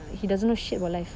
he doesn't know shit about life